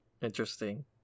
interesting